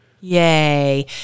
Yay